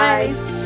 Bye